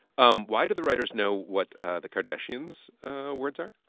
um why do the writers know what the kardashians' words are?